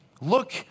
Look